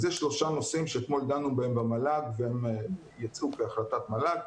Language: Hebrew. אז יש שלושה נושאים שאתמול דנו בהם במל"ג והם יצאו כהחלטת מל"ג.